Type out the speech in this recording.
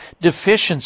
deficiency